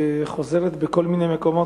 חוזרת בכל מיני מקומות,